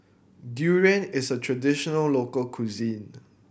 Durian is a traditional local cuisine